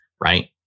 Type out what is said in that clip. right